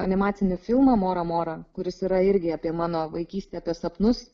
animacinį filmą mora mora kuris yra irgi apie mano vaikystę apie sapnus